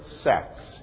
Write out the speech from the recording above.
sex